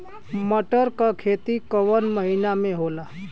मटर क खेती कवन महिना मे होला?